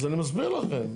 אז אני מסביר לכם.